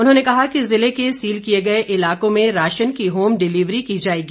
उन्होंने कहा कि जिले के सील किए गए इलाकों में राशन की होम डिलिवरी की जाएगी